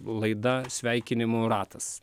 laida sveikinimų ratas